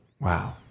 Wow